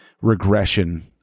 regression